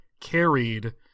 carried